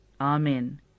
amen